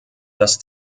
das